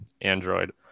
Android